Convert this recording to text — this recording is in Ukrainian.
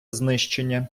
знищення